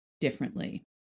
differently